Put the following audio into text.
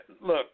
look